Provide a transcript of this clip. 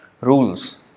rules